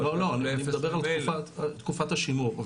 לא, לא, אני מדבר על תקופת השימור.